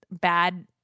bad